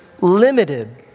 limited